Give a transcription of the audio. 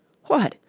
what!